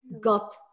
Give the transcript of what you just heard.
got